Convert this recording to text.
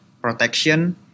protection